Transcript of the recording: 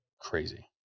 crazy